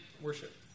worship